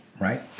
Right